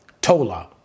Tola